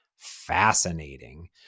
fascinating